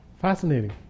Fascinating